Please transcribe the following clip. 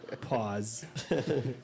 Pause